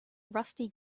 rusty